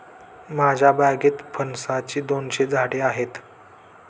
माझ्या बागेत फणसाची दोनशे झाडे आहेत